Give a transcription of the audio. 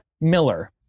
Miller